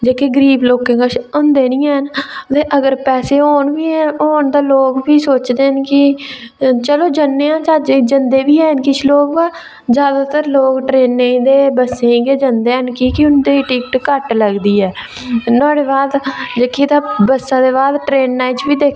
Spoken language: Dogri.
जेह्के गरीब लोकें कश होंदे निं हैन ते अगर पैसे होन बी होन बी ते लोग फ्ही सोचदे न कि चलो जन्ने आं ज्हाजै च जंदे बी किश लोग हैन पर अवा जादैतर लोक ट्रेनें ई ते बस्सें ई गै जंदे न कि के उं'दे ई टिकट घट्ट लगदी ऐ ते नुहाड़े बाद जेह्की ते बस्सै दे बाद ट्रेना च बी